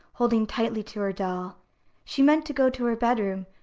holding tightly to her doll she meant to go to her bedroom,